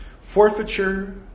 Forfeiture